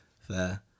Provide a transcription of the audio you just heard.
Fair